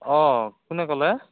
অঁ কোনে ক'লে